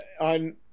on